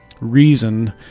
reason